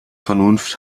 vernunft